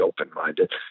open-minded